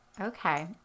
Okay